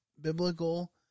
biblical